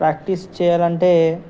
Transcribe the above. practice చేయాలంటే